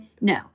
No